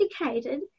educated